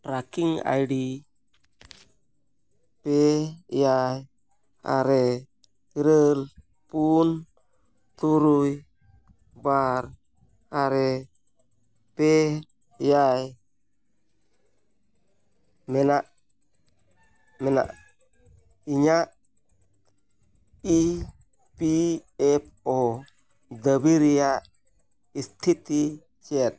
trekking ID ᱯᱮ ᱮᱭᱟᱭ ᱟᱨᱮ ᱤᱨᱟᱹᱞ ᱯᱩᱱ ᱛᱩᱨᱩᱭ ᱵᱟᱨ ᱟᱨᱮ ᱯᱮ ᱮᱭᱟᱭ ᱢᱮᱱᱟᱜ ᱢᱮᱱᱟᱜ ᱤᱧᱟᱹᱜ ᱤ ᱯᱤ ᱮᱯᱷ ᱳ ᱫᱟᱵᱤ ᱨᱮᱱᱟᱜ ᱥᱛᱷᱤᱛᱤ ᱫᱚ ᱪᱮᱫ